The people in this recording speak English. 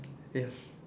yes